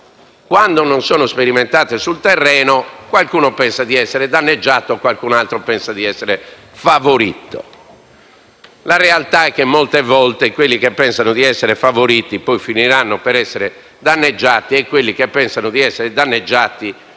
politica continua a sviluppare, qualcuno pensa di esserne danneggiato e qualcun altro pensa di esserne favorito. La realtà è che, molte volte, quelli che pensano di essere favoriti poi finiranno per essere danneggiati e quelli che pensano di essere danneggiati forse